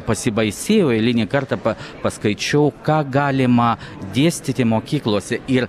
pasibaisėjau eilinį kartą pa paskaičiau ką galima dėstyti mokyklose ir